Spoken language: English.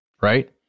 right